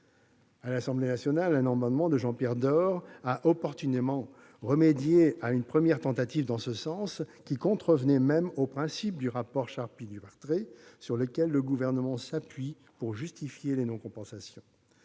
à l'Assemblée nationale a opportunément remédié à une première tentative dans ce sens, qui contrevenait même aux principes du rapport Charpy-Dubertret sur lequel le Gouvernement s'appuie pour justifier les non-compensations.